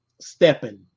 stepping